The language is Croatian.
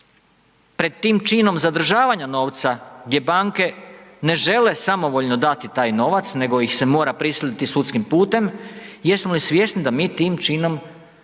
pred tim činom zadržavanja novca gdje banke ne žele samovoljno dati taj novac nego ih se mora prisiliti sudskim putem, jesmo li svjesni da mi tim činom,